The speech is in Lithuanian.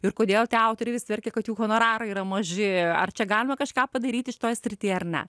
ir kodėl tie autoriai vis verkia kad jų honorarai yra maži ar čia galima kažką padaryti šitoje srityje ar ne